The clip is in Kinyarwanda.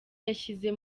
yashyize